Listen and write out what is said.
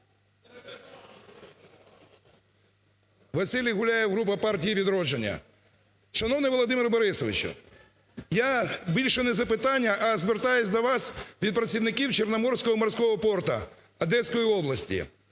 Василь Гуляєв, група "Партії "Відродження". Шановний Володимир Борисович, я більше не запитання, а звертаюсь до вас від працівників Чорноморського морського порту Одеської області.